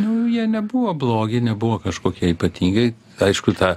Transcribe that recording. nu jie nebuvo blogi nebuvo kažkokie ypatingai aišku tą